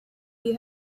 you